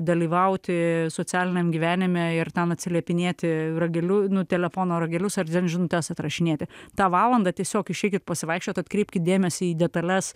dalyvauti socialiniam gyvenime ir ten atsiliepinėti rageliu nu telefono ragelius ar žinutes atrašinėti tą valandą tiesiog išeikit pasivaikščiot atkreipkit dėmesį į detales